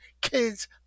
Kids